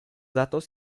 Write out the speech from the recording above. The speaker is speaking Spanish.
datos